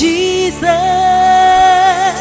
Jesus